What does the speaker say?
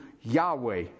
Yahweh